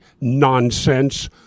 nonsense